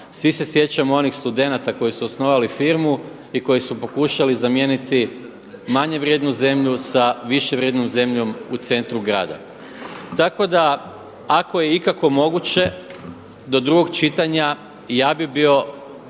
Svi se sjećamo onih studenata koji su osnovali firmu i koji su pokušali zamijeniti manje vrijednu zemlju sa više vrijednom zemljom u centru grada. Tako da ako je ikako moguće do drugog čitanja, ja bi bio